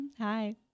hi